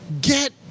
Get